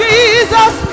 Jesus